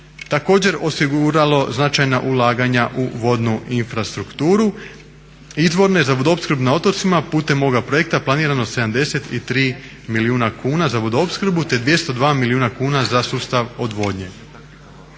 također osiguralo značajna ulaganja u vodnu infrastrukturu. Izvorno je za vodoopskrbu na otocima putem ovoga projekta planirano 73 milijuna kuna za vodoopskrbu te 202 milijuna kuna za sustav odvodnje.